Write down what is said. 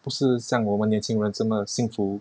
不是像我们年轻人这么幸福:bu shi xiang wo men nian qing ren zhe me xinge fu